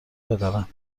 بدانند